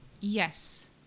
Yes